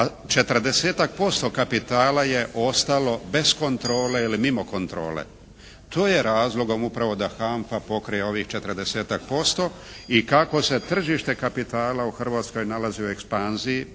kapitala je ostalo bez kontrole ili mimo kontrole. To je razlog upravo da HANFA pokrije ovih 40-ak posto. I kako se tržište kapitala u Hrvatskoj nalazi u ekspanziji